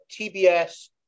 TBS